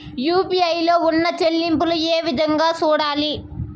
UPI లో ఉన్న చెల్లింపులు ఏ విధంగా సూడాలి